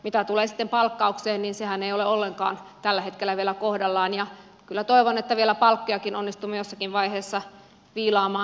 mitä tulee palkkaukseen niin sehän ei ole ollenkaan tällä hetkellä vielä kohdallaan ja kyllä toivon että vielä palkkojakin onnistumme jossakin vaiheessa viilaamaan